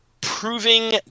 proving